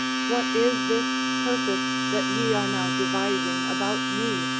what is this purpose that ye are now devising about me,